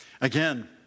Again